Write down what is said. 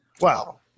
Wow